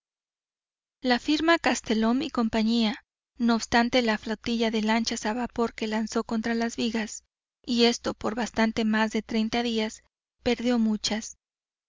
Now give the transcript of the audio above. la firma castelhum y cía no obstante la flotilla de lanchas a vapor que lanzó contra las vigas y esto por bastante más de treinta días perdió muchas